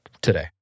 today